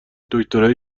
دکترای